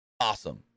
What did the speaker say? Awesome